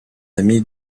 ami